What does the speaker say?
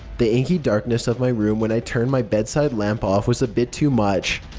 the inky darkness of my room when i turned my bedside lamp off was a bit too much.